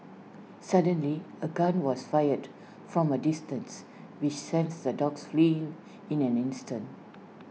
suddenly A gun was fired from A distance which sent the dogs fleeing in an instant